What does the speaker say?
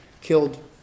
killed